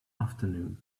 afternoon